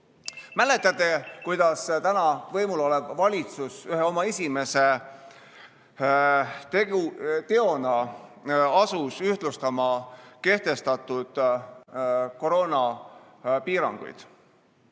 Mäletate, kuidas täna võimul olev valitsus ühe oma esimese teona asus ühtlustama kehtestatud koroonapiiranguid.